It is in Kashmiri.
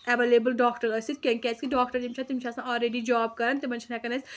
ایٚولیبٕل ڈاکٹر ٲسِتھ کیٚنٛہہ کیازِ کہِ ڈاکٹر یِم چھِ آسان تِم چھِ آسان آلریڈی جاب کَران تِمن چھِ نہٕ ہٮ۪کان أسۍ